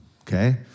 Okay